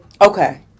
Okay